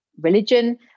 religion